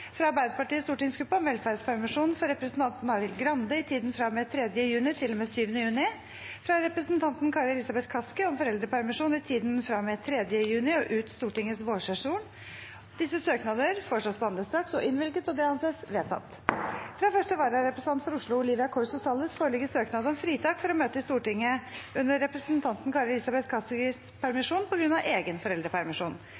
fra og med 3. juni til og med 7. juni fra Arbeiderpartiets stortingsgruppe om velferdspermisjon for representanten Arild Grande i tiden fra og med 3. juni til og med 7. juni fra representanten Kari Elisabeth Kaski om foreldrepermisjon i tiden fra og med 3. juni og ut Stortingets vårsesjon. Disse søknader foreslås behandlet straks og innvilget. – Det anses vedtatt. Fra første vararepresentant for Oslo, Olivia Corso Salles, foreligger søknad om fritak for å møte i Stortinget